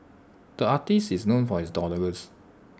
the artist is known for his doodles